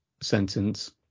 sentence